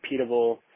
repeatable